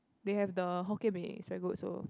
they have the Hokkien new is very good also